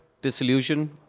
disillusion